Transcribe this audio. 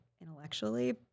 intellectually